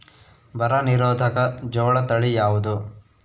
ಬರ ನಿರೋಧಕ ಜೋಳ ತಳಿ ಯಾವುದು?